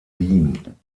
wien